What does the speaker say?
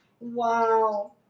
Wow